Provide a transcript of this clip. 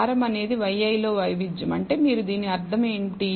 హారం అనేది yi లో వైవిద్యం అంటే మీరు దీని అర్థం ఏమిటి